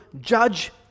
judge